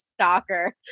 stalker